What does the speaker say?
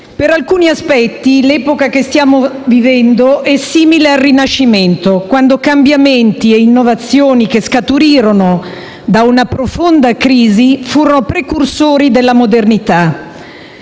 Per alcuni aspetti l'epoca che stiamo vivendo è simile al Rinascimento, quando cambiamenti e innovazioni che scaturirono da una profonda crisi furono precursori della modernità.